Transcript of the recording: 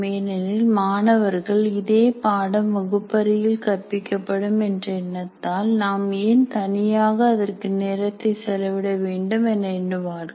ஏனெனில் மாணவர்கள் இதே பாடம் வகுப்பறையில் கற்பிக்கப்படும் என்ற எண்ணத்தால் நாம் ஏன் தனியாக அதற்கு நேரத்தை செலவிட வேண்டும் என எண்ணுவார்கள்